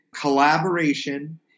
collaboration